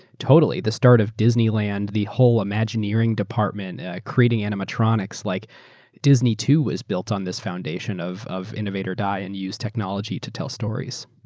totally. the start of disneyland, the whole imagineering department at creating animatronics, like disney, too, was built on this foundation of of innovate or die and use technology to tell stories.